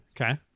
Okay